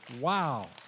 Wow